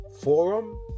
Forum